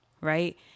right